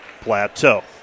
plateau